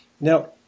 Now